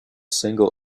single